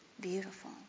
beautiful